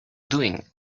doing